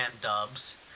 dubs